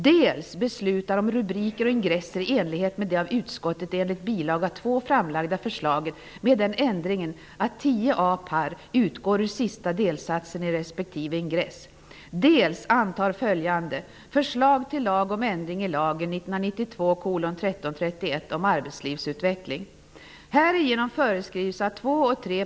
Vi har nu avgivit vårt. Hur lyder ert? Herr talman! Enligt riksdagsordningen måste jag nu läsa upp hela mitt yrkande, dvs. lagtexten som omfattar åtta sidor. Jag beklagar om det blir tröttande.